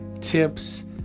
tips